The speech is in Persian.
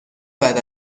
بعد